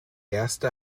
erste